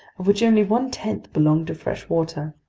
of which only one-tenth belong to fresh water.